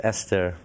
Esther